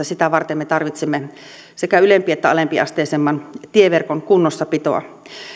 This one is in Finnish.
sitä varten me tarvitsemme sekä ylempi että alempiasteisemman tieverkon kunnossapitoa